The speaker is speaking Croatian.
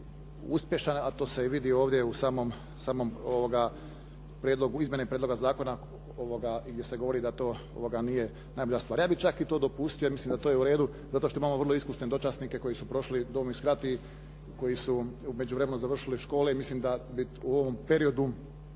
uspješan a to se vidi i ovdje u samom prijedlogu, izmjene prijedloga zakona gdje se govori da to nije najbolja stvar. Ja bih čak i to dopustio i milim da je to uredu, zato što imamo vrlo iskusne dočasnike koji su prošli Domovinski rat i koji su u međuvremenu završili škole i mislim da u međuperiodu